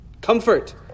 Comfort